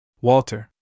Walter